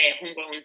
homegrown